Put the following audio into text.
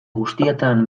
guztietan